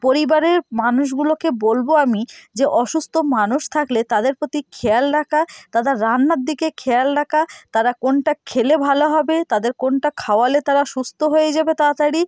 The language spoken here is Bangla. পরিবারের মানুষগুলোকে বলবো আমি যে অসুস্থ মানুষ থাকলে তাদের প্রতি খেয়াল রাখা তাদের রান্নার দিকে খেয়াল রাখা তারা কোনটা খেলে ভালো হবে তাদের কোনটা খাওয়ালে তারা সুস্থ হয়ে যাবে তাড়াতাড়ি